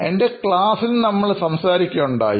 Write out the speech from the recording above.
എൻറെ ക്ലാസ്സിൽ നമ്മൾ സംസാരിക്കുകയുണ്ടായി